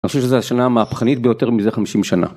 אני חושב שזו השנה המהפכנית ביותר מזה 50 שנה.